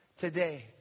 Today